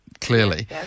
clearly